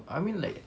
I mean like